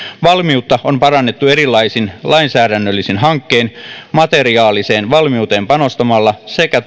valmiutta on parannettu erilaisin lainsäädännöllisin hankkein materiaaliseen valmiuteen panostamalla sekä